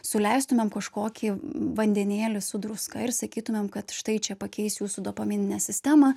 suleistumėm kažkokį vandenėlį su druska ir sakytumėm kad štai čia pakeis jūsų dopamininę sistemą